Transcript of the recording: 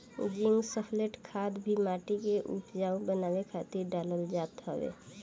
zinc sulphate खाद भी माटी के उपजाऊ बनावे खातिर डालल जात हवे